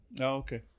Okay